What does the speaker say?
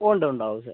ഉണ്ട് ഉണ്ടാവും സാർ